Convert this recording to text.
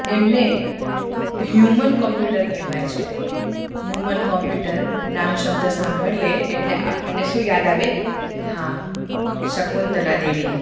એમને human computer કહેવાય છે હ્યુમન કોંપ્યુટર નામ શબ્દ સાંભળીએ એટલે આપણને શું યાદ આવે હા શકુંતલા દેવી